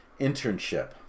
internship